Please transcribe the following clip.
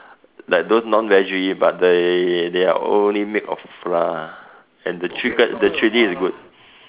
like those non-veggie but they they are only made of flour and the chicken the chili is good